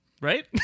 Right